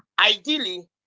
Ideally